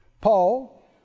Paul